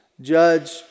judge